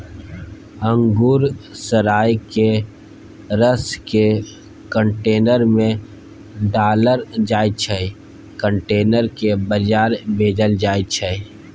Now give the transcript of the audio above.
अंगुर सराए केँ रसकेँ कंटेनर मे ढारल जाइ छै कंटेनर केँ बजार भेजल जाइ छै